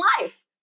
life